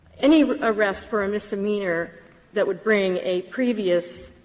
any arrest for a misdemeanor that would bring a previous